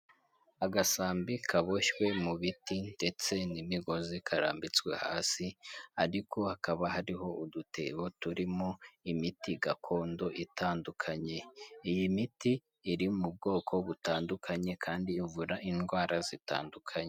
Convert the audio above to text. Agasambi kaboshywe mu biti ndetse n'imigozi, karambitswe hasi, ariko hakaba hariho udutebo turimo imiti gakondo itandukanye. Iyi miti iri mu bwoko butandukanye, kandi ivura indwara zitandukanye.